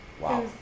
Wow